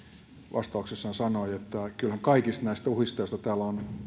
vastauksessaan sanoi että kyllähän kaikista näistä uhista joita täällä on